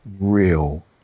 real